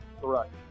Correct